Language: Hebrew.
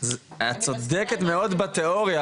צודקת מאוד בתיאוריה,